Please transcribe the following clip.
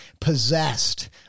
possessed